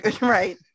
Right